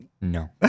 No